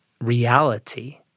reality